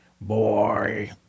boy